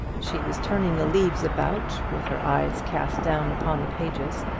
she was turning the leaves about, with her eyes cast down upon the pages.